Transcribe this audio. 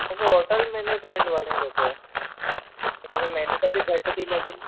मूंखे hotel management वणे थो पियो हुनमें महिनत बि घटि थी लॻे